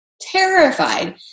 terrified